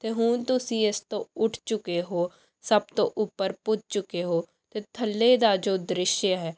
ਅਤੇ ਹੁਣ ਤੁਸੀਂ ਇਸ ਤੋਂ ਉੱਠ ਚੁੱਕੇ ਹੋ ਸਭ ਤੋਂ ਉੱਪਰ ਪੁੱਜ ਚੁੱਕੇ ਹੋ ਅਤੇ ਥੱਲੇ ਦਾ ਜੋ ਦ੍ਰਿਸ਼ ਹੈ